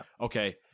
okay